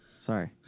Sorry